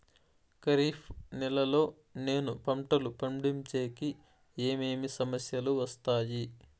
ఖరీఫ్ నెలలో నేను పంటలు పండించేకి ఏమేమి సమస్యలు వస్తాయి?